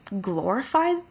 glorify